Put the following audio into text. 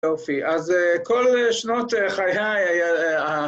יופי, אז כל שנות חיי...